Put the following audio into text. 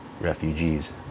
refugees